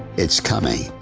it's coming.